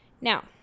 Now